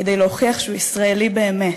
כדי להוכיח שהוא ישראלי באמת,